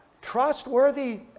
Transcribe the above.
trustworthy